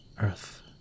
earth